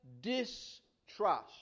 distrust